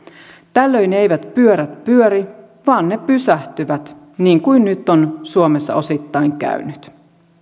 tällöin eivät pyörät pyöri vaan ne pysähtyvät niin kuin nyt on suomessa osittain käynyt